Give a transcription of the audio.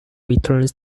returns